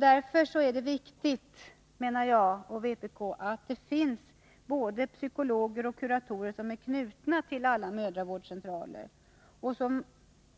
Därför är det viktigt, menar jag och vpk, att det finns både psykologer och kuratorer, som är knutna till alla mödravårdscentraler och som